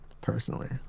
personally